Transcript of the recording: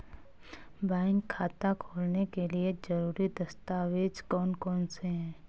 Bank खाता खोलने के लिए ज़रूरी दस्तावेज़ कौन कौनसे हैं?